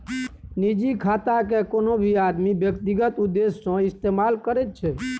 निजी खातेकेँ कोनो भी आदमी व्यक्तिगत उद्देश्य सँ इस्तेमाल करैत छै